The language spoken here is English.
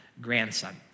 grandson